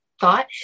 thought